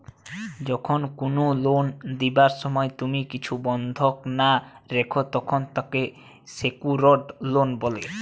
যখন কুনো লোন লিবার সময় তুমি কিছু বন্ধক না রাখো, তখন তাকে সেক্যুরড লোন বলে